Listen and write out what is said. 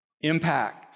Impact